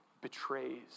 betrays